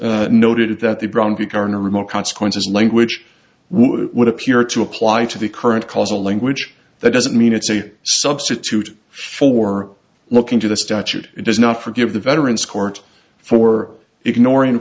guess noted that the brown v garner remote consequences language would appear to apply to the current causal language that doesn't mean it's a substitute for looking to the statute does not forgive the veterans court for ignoring